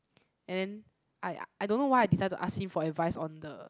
and then I I don't know why I decide to ask him for advice on the